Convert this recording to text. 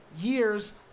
years